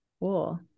cool